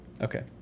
Okay